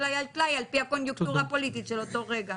טלאי על טלאי על פי הקוניוקטורה הפוליטית של אותו רגע.